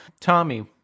Tommy